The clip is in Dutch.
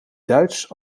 duits